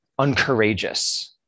uncourageous